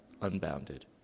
unbounded